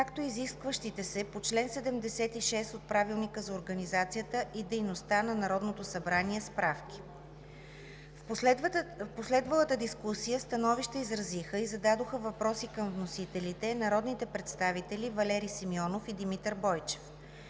както и изискващите се по чл. 76 от Правилника за организацията и дейността на Народното събрание справки. В последвалата дискусия становища изразиха и зададоха въпроси към вносителите народните представители Валери Симеонов и Димитър Бойчев